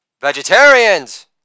Vegetarians